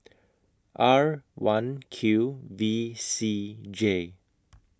R one Q V C J